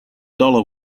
dollar